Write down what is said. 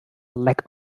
lack